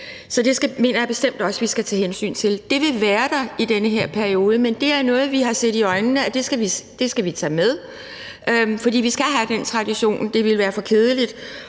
Så det mener jeg bestemt også vi skal tage hensyn til. Det vil være der i den her periode, men det er noget, vi har set i øjnene vi skal tage med, for vi skal have den tradition; det ville være for kedeligt